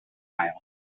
aisle